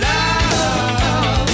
Love